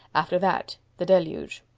after that the deluge.